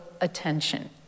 attention